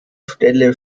stelle